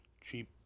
cheap